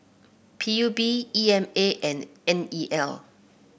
P U B E M A and N E L